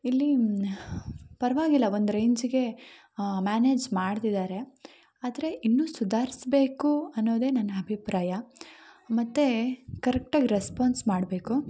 ಇಲ್ಲಿ ಪರವಾಗಿಲ್ಲ ಒಂದು ರೆಂಜ್ಗೆ ಮ್ಯಾನೇಜ್ ಮಾಡ್ತಿದಾರೆ ಆದರೆ ಇನ್ನೂ ಸುಧಾರ್ಸಬೇಕು ಅನ್ನೋದೆ ನನ್ನ ಅಭಿಪ್ರಾಯ ಮತ್ತು ಕರೆಕ್ಟಾಗಿ ರೆಸ್ಪಾನ್ಸ್ ಮಾಡಬೇಕು